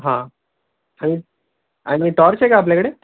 हां आणि आणि टॉर्च आहे का आपल्याकडे